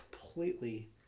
completely